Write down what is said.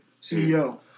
CEO